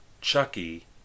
Chucky